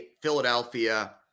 Philadelphia